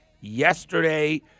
yesterday